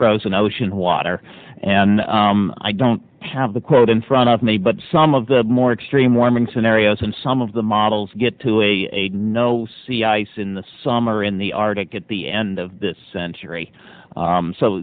frozen i was in water and i don't have the quote in front of me but some of the more extreme warming scenarios and some of the models get to a no sea ice in the summer in the arctic at the end of this century